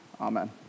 Amen